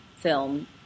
film